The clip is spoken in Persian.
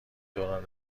دوران